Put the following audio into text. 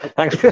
Thanks